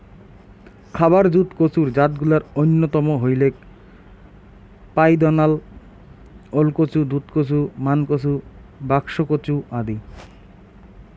খাবার জুত কচুর জাতগুলার অইন্যতম হইলেক পাইদনাইল, ওলকচু, দুধকচু, মানকচু, বাক্সকচু আদি